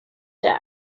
der